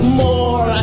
more